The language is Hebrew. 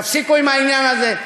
תפסיקו עם העניין הזה.